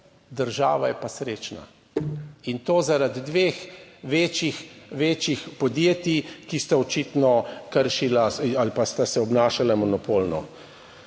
država je pa srečna. In to zaradi dveh večjih, večjih podjetij, ki sta očitno kršila ali pa sta se obnašala monopolno.